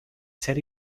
said